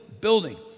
building